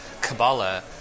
Kabbalah